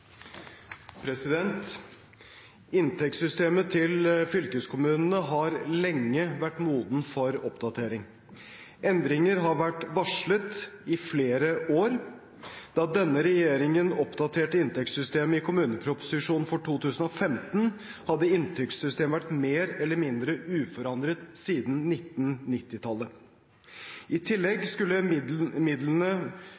Inntektssystemet til fylkeskommunene har lenge vært modent for oppdatering. Endringer har vært varslet i flere år. Da denne regjeringen oppdaterte inntektssystemet i kommuneproposisjonen for 20l5, hadde inntektssystemet vært mer eller mindre uforandret siden 1990-tallet. I tillegg skulle midlene